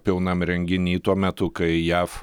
pilnam renginy tuo metu kai jav